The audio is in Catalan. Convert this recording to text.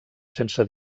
sense